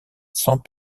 sans